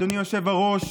אדוני היושב-ראש,